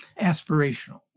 aspirational